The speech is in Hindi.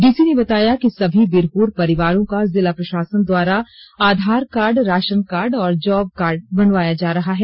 डीसी ने बताया कि सभी विरहोर परिवारों का जिला प्रशासन द्वारा आधार कार्ड राशन कार्ड और जॉब कार्ड बनवाया जा रहा है